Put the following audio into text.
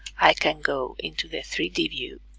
i can go into the three d view